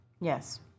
Yes